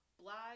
black